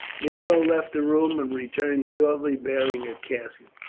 nero left the room, and returned shortly bearing a casket.